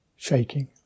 Shaking